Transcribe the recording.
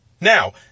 Now